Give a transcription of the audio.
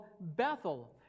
Bethel